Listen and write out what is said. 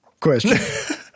question